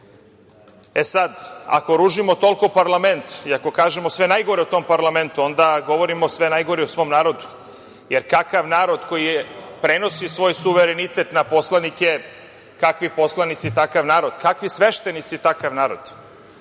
ako ružimo toliko parlament i ako kažemo sve najgore o tom parlamentu, onda govorimo sve najgore i o svom narodu, jer kakav narod koji prenosi svoj suverenitet na poslanike, kakvi poslanici takav narod, kakvi sveštenici takav narod,